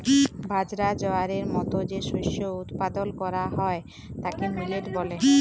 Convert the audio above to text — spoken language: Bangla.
বাজরা, জয়ারের মত যে শস্য উৎপাদল ক্যরা হ্যয় তাকে মিলেট ব্যলে